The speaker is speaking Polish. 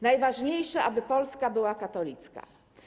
Najważniejsze, aby Polska była katolicka.